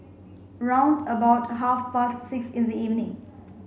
round about half past six in the evening